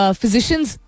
physicians